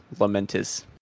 Lamentis